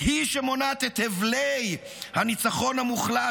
היא שמונעת את הבלי הניצחון המוחלט,